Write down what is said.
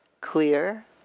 clear